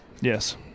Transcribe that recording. Yes